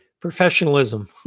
professionalism